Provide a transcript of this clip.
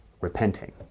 repenting